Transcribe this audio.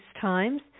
times